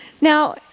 Now